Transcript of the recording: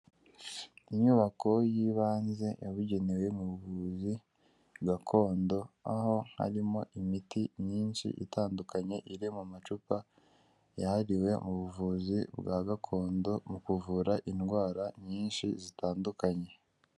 Inyubako y'ibanze yabugenewe mu buvuzi gakondo, aho harimo imiti myinshi itandukanye iri mu macupa yahariwe mu buvuzi bwa gakondo mu kuvura indwara nyinshi zitandukanye.